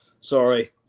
Sorry